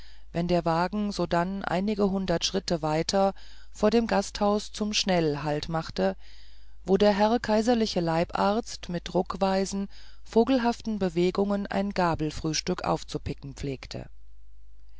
wenn der wagen sodann einige hundert schritte weiter vor dem gasthaus zum schnell haltmachte wo der herr kaiserliche leibarzt mit ruckweisen vogelhaften bewegungen ein gabelfrühstück aufzupicken pflegte